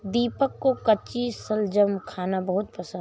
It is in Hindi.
दीपक को कच्ची शलजम खाना बहुत पसंद है